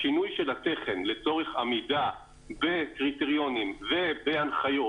השינוי של התכן לצורך עמידה בקריטריונים ובהנחיות